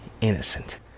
innocent